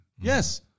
Yes